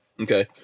Okay